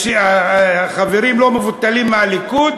היהודי וחברים לא מבוטלים מהליכוד,